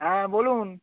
হ্যাঁ বলুন